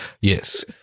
Yes